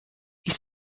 ich